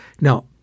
Now